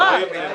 לפעם הבאה?